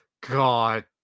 God